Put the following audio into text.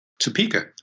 Topeka